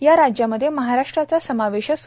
या राज्यामधे महाराष्ट्राचा समावेश आहे